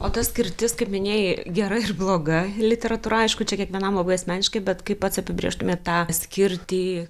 o ta skirtis kaip minėjai gera ir bloga literatūra aišku čia kiekvienam labai asmeniškai bet kaip pats apibrėžtumėt tą skirtį